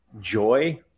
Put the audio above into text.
joy